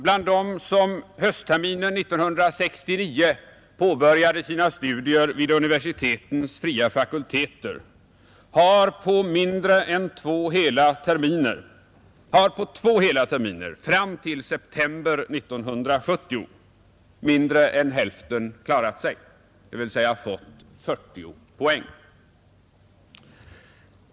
Bland dem som höstterminen 1969 påbörjade sina studier vid universitetens fria fakulteter har på två hela terminer fram till september 1970 mindre än hälften klarat sig, dvs. fått 40 poäng.